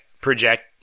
project